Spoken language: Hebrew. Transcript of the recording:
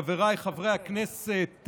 חבריי חברי הכנסת,